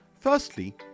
Firstly